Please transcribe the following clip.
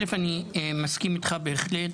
אני מסכים איתך בהחלט,